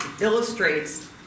illustrates